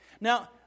Now